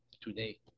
today